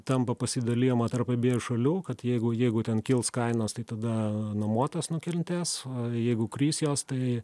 tampa pasidalijama tarp abiejų šalių kad jeigu jeigu ten kils kainos tai tada nuomotojas nukentės o jeigu kris jos tai